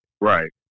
Right